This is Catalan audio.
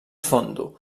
fondo